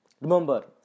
Remember